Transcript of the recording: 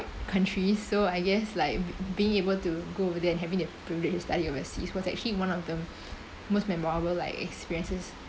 countries so I guess like be~ being able to go over there and having the privilege to study overseas was actually one of the most memorable like experiences